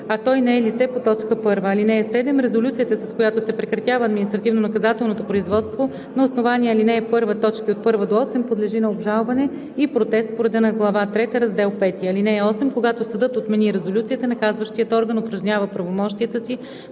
а той не е лице по т. 1. (7) Резолюцията, с която се прекратява административнонаказателното производство на основание ал. 1, т. 1 – 8, подлежи на обжалване и протест по реда на глава трета, Раздел V. (8) Когато съдът отмени резолюцията, наказващият орган упражнява правомощията си